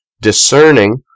discerning